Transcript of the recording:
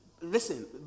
Listen